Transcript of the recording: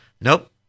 Nope